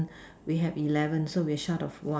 we have eleven so we short of one